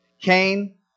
Cain